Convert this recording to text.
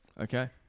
Okay